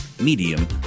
medium